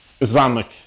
Islamic